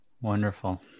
wonderful